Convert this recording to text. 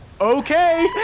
Okay